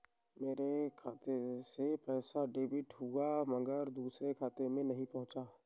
मेरे खाते से पैसा डेबिट हुआ मगर दूसरे खाते में नहीं पंहुचा